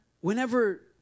whenever